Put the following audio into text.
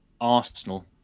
arsenal